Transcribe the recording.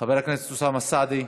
חבר הכנסת אוסאמה סעדי.